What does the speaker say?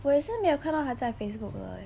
我也是没有看到他在 facebook liao eh